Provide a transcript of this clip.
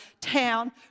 town